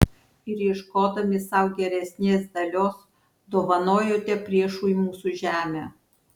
ir ieškodami sau geresnės dalios dovanojote priešui mūsų žemę